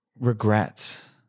regrets